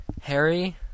Harry